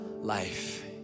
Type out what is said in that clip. life